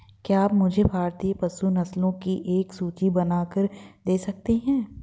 क्या आप मुझे भारतीय पशु नस्लों की एक सूची बनाकर दे सकते हैं?